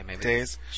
days